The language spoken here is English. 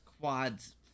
quads